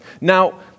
Now